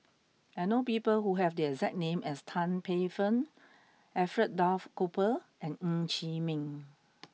I know people who have the exact name as Tan Paey Fern Alfred Duff Cooper and Ng Chee Meng